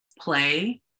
play